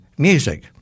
Music